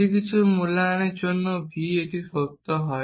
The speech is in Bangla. যদি কিছু মূল্যায়নের জন্য v এটি সত্য হয়